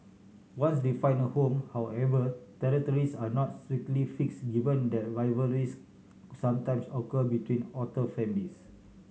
once they find a home however territories are not strictly fix given that rivalries sometimes occur between otter families